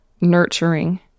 nurturing